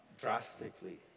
drastically